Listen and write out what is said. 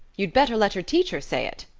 you'd better let your teacher say it.